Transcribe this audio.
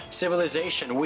civilization